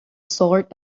sword